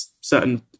certain